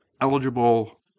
eligible